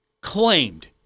claimed